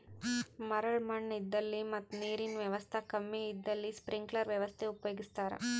ಮರಳ್ ಮಣ್ಣ್ ಇದ್ದಲ್ಲಿ ಮತ್ ನೀರಿನ್ ವ್ಯವಸ್ತಾ ಕಮ್ಮಿ ಇದ್ದಲ್ಲಿ ಸ್ಪ್ರಿಂಕ್ಲರ್ ವ್ಯವಸ್ಥೆ ಉಪಯೋಗಿಸ್ತಾರಾ